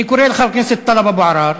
אני קורא לחבר הכנסת טלב אבו עראר,